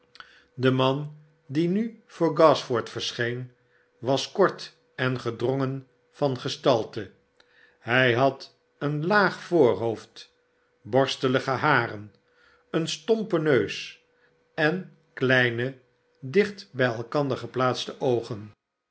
de man die nu voor gashford verscheen was kort en gedrongen van gestalte hij had een laag voorhoofd borstelige haren een stompen neus en kleine dicht bij eikander geplaatste oogen